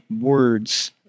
words